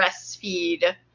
breastfeed